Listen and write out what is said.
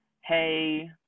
hey